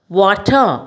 water